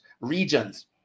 regions